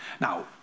now